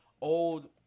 old